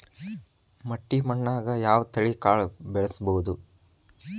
ಮಟ್ಟಿ ಮಣ್ಣಾಗ್, ಯಾವ ತಳಿ ಕಾಳ ಬೆಳ್ಸಬೋದು?